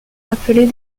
appelées